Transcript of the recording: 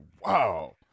wow